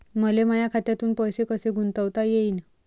मले माया खात्यातून पैसे कसे गुंतवता येईन?